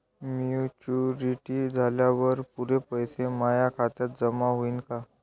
Maturity झाल्यावर पुरे पैसे माया खात्यावर जमा होईन का?